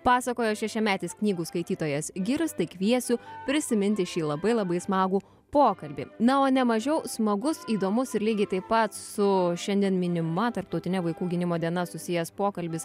pasakojo šešiametis knygų skaitytojas girius tai kviesiu prisiminti šį labai labai smagų pokalbį na o nemažiau smagus įdomus ir lygiai taip pat su šiandien minima tarptautine vaikų gynimo diena susijęs pokalbis